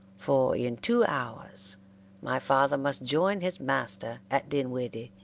for in two hours my father must join his master at dinwiddie,